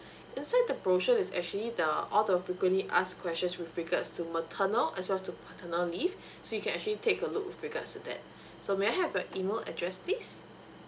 inside the brochure is actually the all the frequently asked questions with regards to maternal as well as to paternal leave so you can actually take a look with regards to that so may I have your email address please